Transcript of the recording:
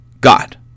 God